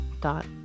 dot